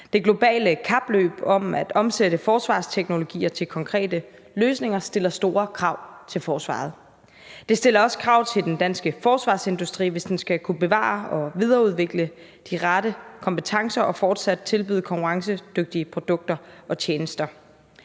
Det globale kapløb om at omsætte forsvarsteknologier til konkrete løsninger stiller store krav til forsvaret. Det stiller også krav til den danske forsvarsindustri, hvis den skal kunne bevare og videreudvikle de rette kompetencer og fortsat tilbyde konkurrencedygtige produkter og tjenester.